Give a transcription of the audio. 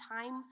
time